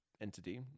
entity